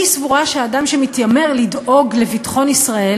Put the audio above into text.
אני סבורה שהאדם שמתיימר לדאוג לביטחון ישראל,